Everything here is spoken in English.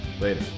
later